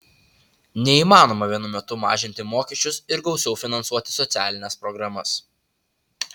neįmanoma vienu metu mažinti mokesčius ir gausiau finansuoti socialines programas